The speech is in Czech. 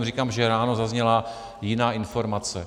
Jenom říkám, že ráno zazněla jiná informace.